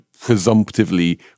presumptively